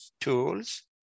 tools